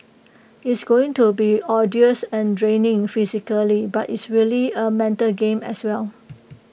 it's going to be arduous and draining physically but it's really A mental game as well